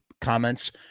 comments